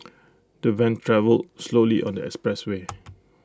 the van travelled slowly on the expressway